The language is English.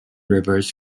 rivers